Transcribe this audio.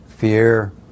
Fear